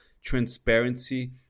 transparency